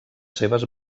seves